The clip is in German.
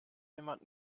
jemand